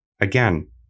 Again